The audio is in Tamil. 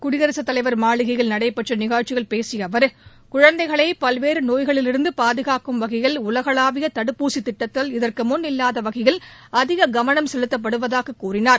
குடியரசுத் தலைவர் மாளிகையில் நடைபெற்ற நிகழ்ச்சியில் பேசிய அவர் குழந்தைகளை பல்வேறு நோய்களிலிருந்து பாதுகாக்கும் வகையில் உலகளாவிய தடுப்பூசித் திட்டத்தில் இதற்கு முன் இல்லாத வகையில் அதிக கவனம் செலுத்தப்படுவதாகக் கூறினார்